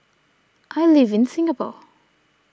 I live in Singapore